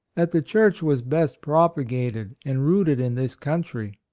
that the church was best propa gated and rooted in this country.